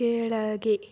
ಕೆಳಗೆ